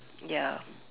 ya